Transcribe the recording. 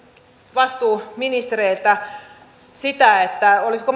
vastuuministereiltä sitä olisiko